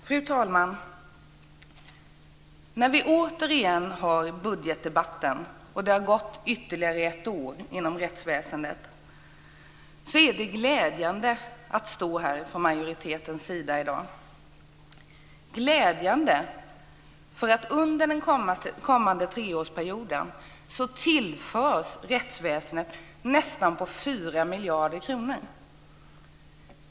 Fru talman! När vi återigen har budgetdebatten och det har gått ytterligare ett år inom rättsväsendet är det glädjande att stå här från majoritetens sida i dag. Det är glädjande eftersom rättsväsendet under den kommande treårsperioden tillförs nästan 4 miljarder kronor.